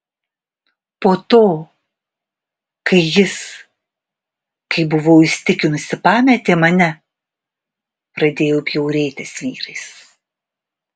po to kai jis kaip buvau įsitikinusi pametė mane pradėjau bjaurėtis vyrais